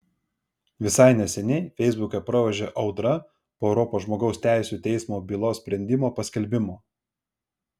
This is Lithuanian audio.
visai neseniai feisbuke praūžė audra po europos žmogaus teisių teismo bylos sprendimo paskelbimo